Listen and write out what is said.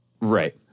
Right